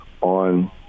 on